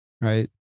Right